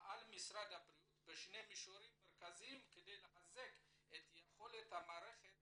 פעל משרד הבריאות בשני מישורים מרכזיים כדי לחזק את יכולת המערכת